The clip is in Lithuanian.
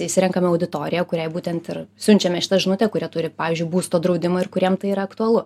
išsirenkame auditoriją kuriai būtent ir siunčiame šitą žinutę kurie turi pavyzdžiui būsto draudimą ir kuriem tai yra aktualu